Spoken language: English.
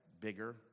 Bigger